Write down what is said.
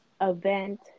event